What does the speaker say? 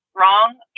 wrong